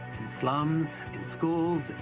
slums, in schools,